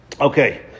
Okay